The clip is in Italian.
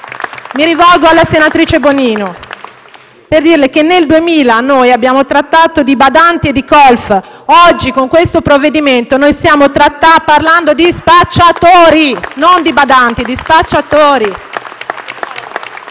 Mi rivolgo alla senatrice Bonino per dirle che, nel 2000, abbiamo trattato di badanti e colf; oggi, con questo provvedimento, stiamo parlando di spacciatori, e non di badanti. *(Applausi